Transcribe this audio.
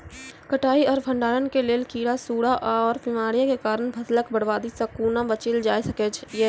कटाई आर भंडारण के लेल कीड़ा, सूड़ा आर बीमारियों के कारण फसलक बर्बादी सॅ कूना बचेल जाय सकै ये?